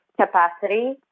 capacity